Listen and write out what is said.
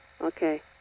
Okay